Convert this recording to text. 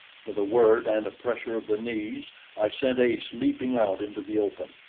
with a word and a pressure of the knees i sent ace leaping out into the open,